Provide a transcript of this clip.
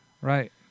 Right